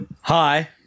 hi